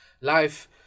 life